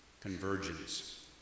Convergence